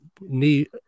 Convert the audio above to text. need